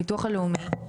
הביטוח הלאומי,